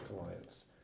Alliance